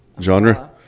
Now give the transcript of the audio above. genre